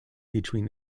between